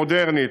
מודרנית,